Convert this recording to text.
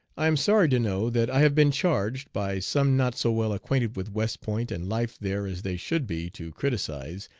i am sorry to know that i have been charged, by some not so well acquainted with west point and life there as they should be to criticise,